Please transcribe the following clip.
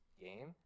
game